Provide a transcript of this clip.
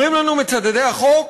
אומרים לנו מצדדי החוק: